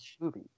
movie